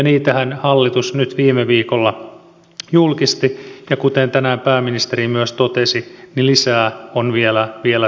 niitähän hallitus nyt viime viikolla julkisti ja kuten tänään pääministeri myös totesi lisää on vielä tulossa